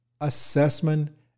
assessment